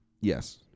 Yes